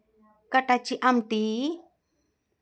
कटाची आमटी